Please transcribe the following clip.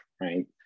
right